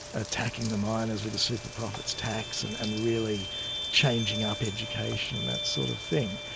attacking the miners with the super profits tax, and and really changing up education and that sort of thing,